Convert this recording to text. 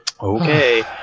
Okay